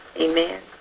Amen